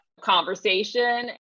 conversation